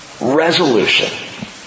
Resolution